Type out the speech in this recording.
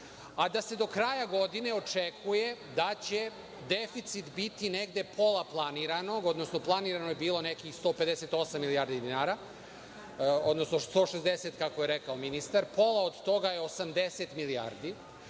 a da se do kraja godine očekuje da će deficit biti negde pola planiranog, odnosno, planirano je bilo nekih 158 milijardi dinara, odnosno 160 kako je rekao ministar, pola od toga je 80 milijardi,